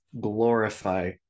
glorify